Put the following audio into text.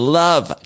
love